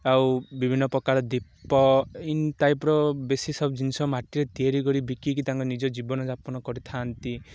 ଆଉ ବିଭିନ୍ନ ପ୍ରକାର ଦୀପ ଏମିତି ଟାଇପ୍ର ବେଶୀ ସବୁ ଜିନିଷ ମାଟିରେ ତିଆରି କରି ବିକିକି ତାଙ୍କ ନିଜ ଜୀବନଯାପନ କରିଥାନ୍ତି